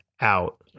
out